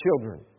children